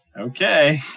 Okay